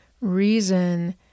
reason